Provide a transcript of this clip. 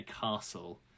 castle